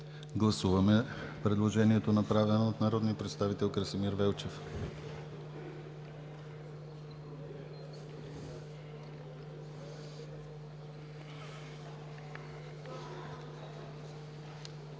Гласуваме предложението, направено от народния представител Красимир Велчев.